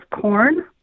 corn